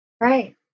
right